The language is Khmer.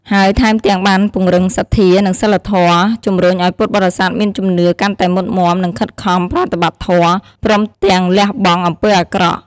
ហើយថែមទាំងបានពង្រឹងសទ្ធា និងសីលធម៌ ជំរុញឱ្យពុទ្ធបរិស័ទមានជំនឿកាន់តែមុតមាំ និងខិតខំប្រតិបត្តិធម៌ ព្រមទាំងលះបង់អំពើអាក្រក់។